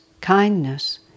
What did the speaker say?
kindness